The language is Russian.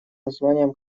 названием